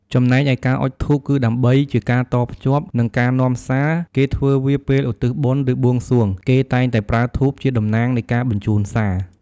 ចំណែកឯការអុជធូបគឺដើម្បី ជាការតភ្ជាប់ និងការនាំសារ គេធ្វើវាពេលឧទ្ទិសបុណ្យ ឬបួងសួង គេតែងតែប្រើធូបជាតំណាងនៃការបញ្ជូនសារ។